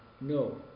no